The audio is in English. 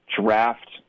draft